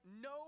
no